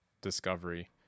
discovery